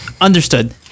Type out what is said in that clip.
understood